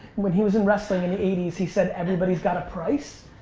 when he was in wrestling in the eighty s he said everybody's got a price.